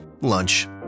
Lunch